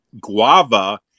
guava